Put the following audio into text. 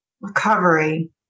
recovery